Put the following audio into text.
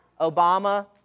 Obama